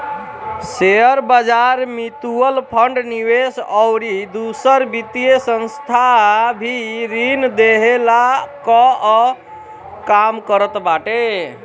शेयरबाजार, mutual fund, निवेश अउरी दूसर वित्तीय संस्था भी ऋण देहला कअ काम करत बाटे